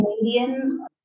Canadian